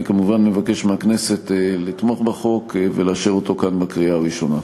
אני כמובן מבקש מהכנסת לתמוך בהצעת החוק ולאשר אותה כאן בקריאה הראשונה.